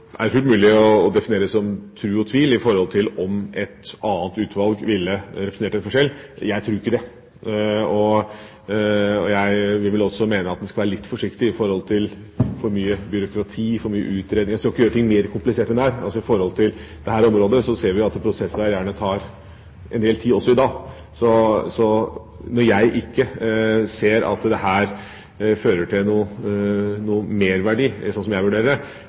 er fullt mulig å definere det som tro og tvil når det gjelder om et annet utvalg ville ha representert en forskjell. Jeg tror ikke det. Jeg vil vel også mene at en skal være litt forsiktig med for mye byråkrati, for mange utredninger. En skal ikke gjøre ting mer komplisert enn de er. På dette området ser vi at prosesser gjerne tar en del tid, også i dag. Så når jeg ikke ser at dette har noen merverdi, slik jeg vurderer det, mener jeg